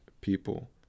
people